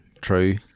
True